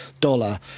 dollar